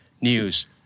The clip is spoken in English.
news